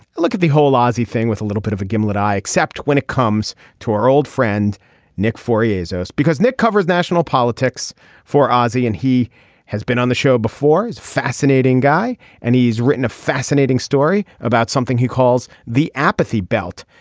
look at the whole ozzy thing with a little bit of a gimlet eye except when it comes to our old friend nick for years. ah because nick covers national politics for ozzy and he has been on the show before is fascinating guy and he's written a fascinating story about something he calls the apathy belt.